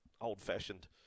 old-fashioned